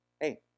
hey